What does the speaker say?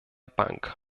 bank